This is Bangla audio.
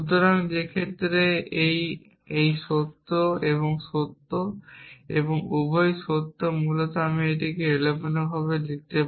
সুতরাং যে ক্ষেত্রে এই এবং এই সত্য এবং সত্য এবং উভয়ই সত্য মূলত আমি এটিকে এলোমেলো করে লিখতে পারি এবং p বা q নয় বা q বা p নয়